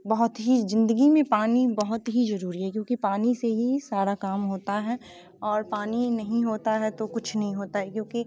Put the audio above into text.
बहुत ही ज़िन्दगी में पानी बहुत ही ज़रूरी है क्योंकि पानी से ही सारा काम होता है और पानी नहीं होता है तो कुछ नहीं होता है क्योंकि